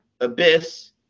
Abyss